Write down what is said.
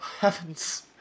heavens